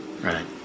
Right